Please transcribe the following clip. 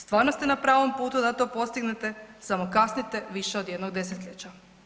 Stvarno ste na pravom putu da to postignete samo kasnite više od jednog desetljeća.